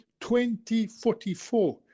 2044